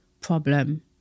problem